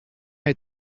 est